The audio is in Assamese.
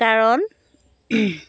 কাৰণ